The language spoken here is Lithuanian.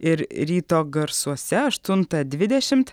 ir ryto garsuose aštuntą dvidešimt